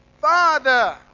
Father